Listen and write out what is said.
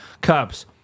cups